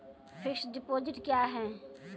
Fixed deposit क्या हैं?